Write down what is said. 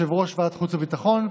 יושב-ראש ועדת החוץ והביטחון,